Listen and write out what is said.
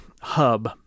hub